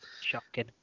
shocking